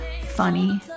funny